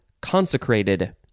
consecrated